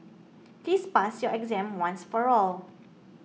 please pass your exam once for all